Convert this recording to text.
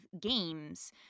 games